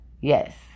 Yes